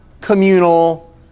communal